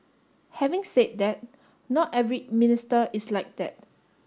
having said that not every minister is like that